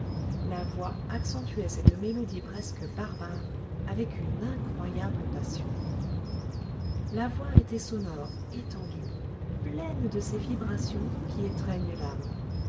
la voix accentuait cette mélodie presque barbare avec une incroyable passion la voix était sonore étendue pleine de ces vibrations qui étreignent l'âme